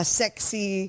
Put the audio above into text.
sexy